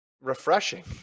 refreshing